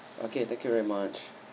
okay thank you very much